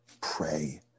Pray